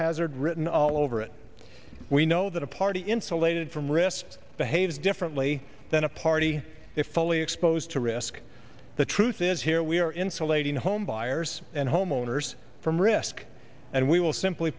hazard written all over it we know that a party insulated from risk behaves differently than a party if foley exposed to risk the truth is here we are insulating home buyers and homeowners from risk and we will simply